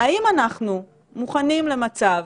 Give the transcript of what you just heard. האם אנחנו מוכנים למצב